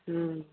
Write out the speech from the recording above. हूँ